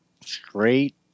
straight